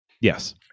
Yes